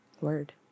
Word